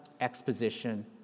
exposition